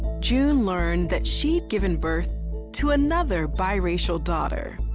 june learned that she'd given birth to another biracial daughter,